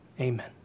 amen